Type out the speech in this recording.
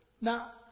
Now